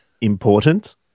important